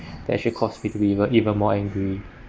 that actually cause me to be even even more angry